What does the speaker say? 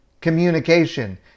communication